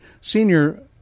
senior